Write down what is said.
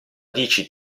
dici